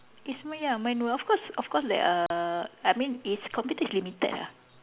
it's man~ ya manual of course of course there are I mean is computer is limited ah